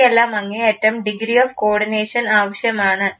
ഇവയ്ക്കെല്ലാം അങ്ങേയറ്റം degree of coordination ആവശ്യമാണ്